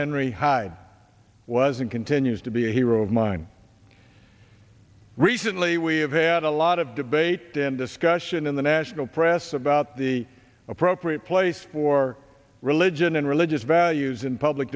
henry hyde was and continues to be a hero of mine recently we have had a lot of debate and discussion in the national press about the appropriate place for religion and religious values in public